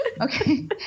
Okay